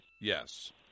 Yes